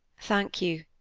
thank you,